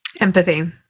Empathy